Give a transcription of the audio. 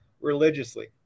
religiously